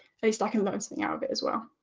at least i can learn something out of it as well.